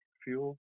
fuel